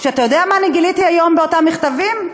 אתה יודע מה אני גיליתי היום באותם מכתבים?